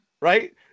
Right